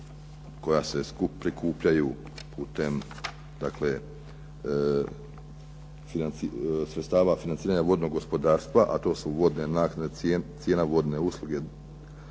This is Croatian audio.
koja se prikupljaju putem dakle sredstava financiranja vodnog gospodarstva, a to su vodne naknade, cijena vodne usluge